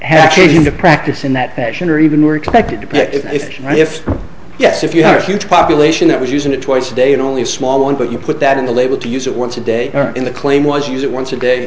hacking into practice in that fashion or even were expected to pick if and if yes if you are a huge population that was using it twice a day and only a small one but you put that in the label to use it once a day or in the claim was use it once a day